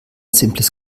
simples